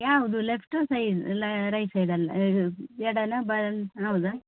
ಯಾವುದು ಲೆಫ್ಟ್ ಸೈಡ್ಲಾ ರೈಟ್ ಸೈಡಲಾ ಎಡನ ಬಲನ ಹೌದಾ